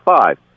five